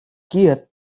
giat